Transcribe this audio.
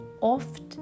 oft